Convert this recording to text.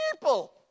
people